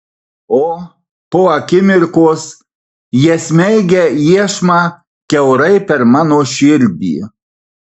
o po akimirkos jie smeigia iešmą kiaurai per mano širdį